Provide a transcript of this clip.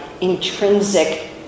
intrinsic